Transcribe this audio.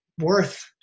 worth